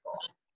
school